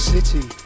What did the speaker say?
City